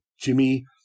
Jimmy